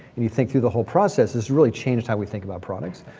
and you think through the whole process, it's really changed how we think about products.